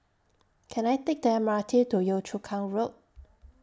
Can I Take The M R T to Yio Chu Kang Road